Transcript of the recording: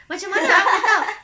macam mana aku tahu